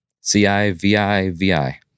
C-I-V-I-V-I